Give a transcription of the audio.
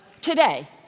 today